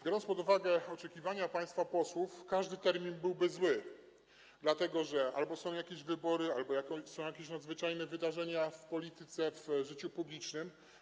Biorąc pod uwagę oczekiwania państwa posłów, każdy termin byłby zły, dlatego że albo są jakieś wybory, albo są jakieś nadzwyczajne wydarzenia w polityce, w życiu publicznym.